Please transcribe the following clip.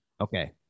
Okay